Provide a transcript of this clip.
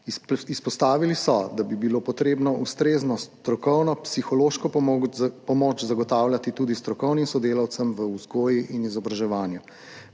Izpostavili so, da bi bilo treba ustrezno strokovno psihološko pomoč zagotavljati tudi strokovnim sodelavcem v vzgoji in izobraževanju.